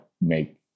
make